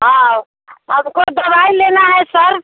हाँ हमको दवाई लेना है सर